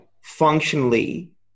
functionally